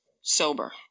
sober